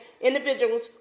individuals